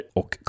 och